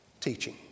teaching